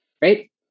right